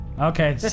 Okay